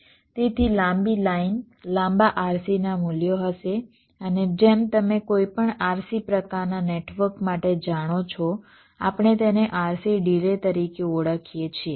તેથી લાંબી લાઇન લાંબા RCના મૂલ્યો હશે અને જેમ તમે કોઈપણ RC પ્રકારના નેટવર્ક માટે જાણો છો આપણે તેને RC ડિલે તરીકે ઓળખીએ છીએ